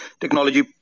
technology